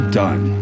done